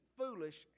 foolish